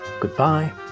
Goodbye